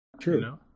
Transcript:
True